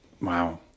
Wow